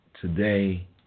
today